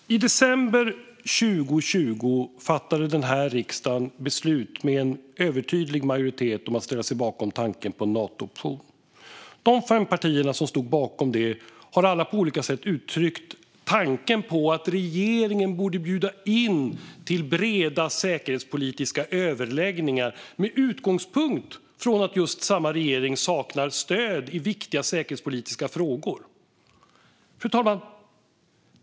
Fru talman! I december 2020 fattade den här riksdagen med en övertydlig majoritet beslut om att ställa sig bakom tanken på en Natooption. De fem partier som stod bakom det har alla på olika sätt uttryckt tanken att regeringen borde bjuda in till breda säkerhetspolitiska överläggningar med utgångspunkt från att just samma regering saknar stöd i viktiga säkerhetspolitiska frågor. Fru talman!